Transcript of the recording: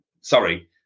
Sorry